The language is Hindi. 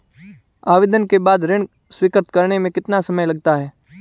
आवेदन के बाद ऋण स्वीकृत करने में कितना समय लगता है?